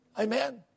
Amen